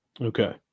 Okay